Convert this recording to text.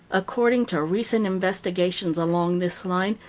according to recent investigations along this line,